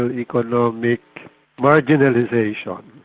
ah economic marginalisation.